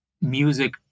music